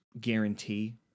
guarantee